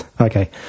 Okay